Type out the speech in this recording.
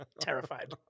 Terrified